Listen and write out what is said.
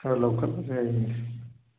ꯈꯥꯔ ꯂꯧꯈꯠꯂꯁꯦ ꯍꯌꯦꯡꯗꯤ